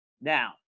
now